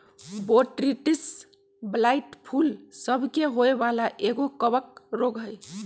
Botrytis blight फूल सभ के होय वला एगो कवक रोग हइ